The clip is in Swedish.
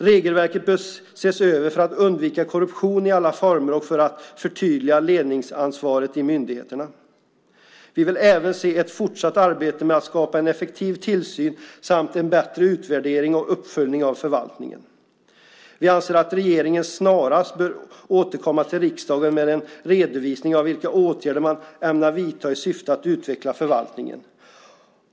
Regelverken bör ses över för att undvika korruption i alla former och för att förtydliga ledningsansvaret i myndigheterna. Vi vill även se ett fortsatt arbete med att skapa en effektiv tillsyn samt en bättre utvärdering och uppföljning av förvaltningen. Vi anser att regeringen snarast bör återkomma till riksdagen med en redovisning av vilka åtgärder man ämnar vidta i syfte att utveckla förvaltningen.